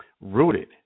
Rooted